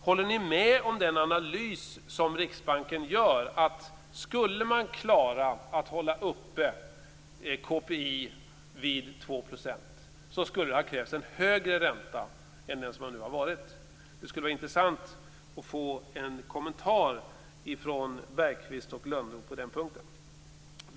Håller ni med om den analys som Riksbanken gör, dvs. att det hade krävts en högre ränta om man skulle klara att hålla uppe KPI vid 2 %. Det skulle vara intressant att få en kommentar från Bergqvist och Lönnroth på den punkten.